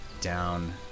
down